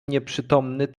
nieprzytomny